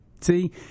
See